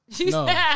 No